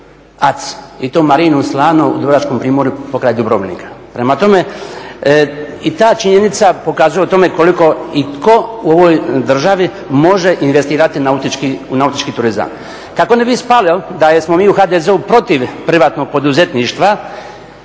ACI, i to Marinu Slano u Dubrovačkom primorju pokraj Dubrovnika. Prema tome, i ta činjenica pokazuje koliko i tko u ovoj državi može investirati u nautički turizam. Kako ne bi ispalo da smo mi u HDZ-u protiv privatnog poduzetništva